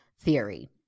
theory